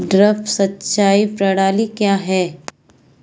Drip सिंचाई प्रणाली क्या है?